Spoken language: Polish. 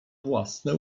własne